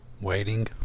Waiting